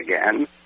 again